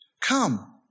Come